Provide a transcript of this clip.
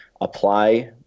apply